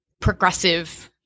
progressive –